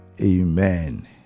Amen